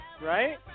Right